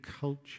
culture